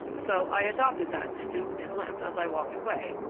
so i adopted that stoop and limp as i walked away,